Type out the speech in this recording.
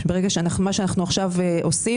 מה שאנחנו עושים עכשיו,